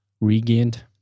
regained